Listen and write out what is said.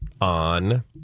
on